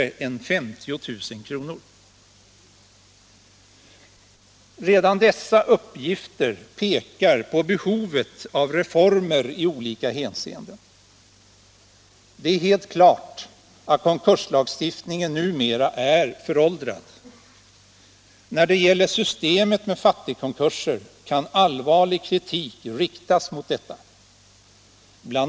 Redan dessa uppgifter pekar på behovet av reformer i olika hänseenden. Det är helt klart att konkurslagstiftningen numera är föråldrad. När det gäller systemet med fattigkonkurser kan allvarlig kritik riktas mot detta. Bl.